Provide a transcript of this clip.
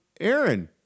Aaron